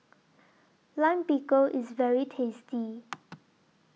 Lime Pickle IS very tasty